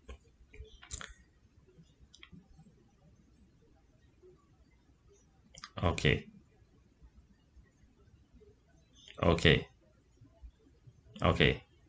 okay okay okay